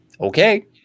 okay